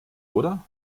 oder